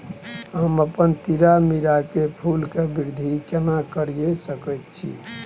हम अपन तीरामीरा के फूल के वृद्धि केना करिये सकेत छी?